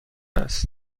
است